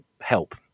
help